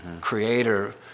creator